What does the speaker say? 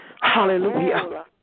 Hallelujah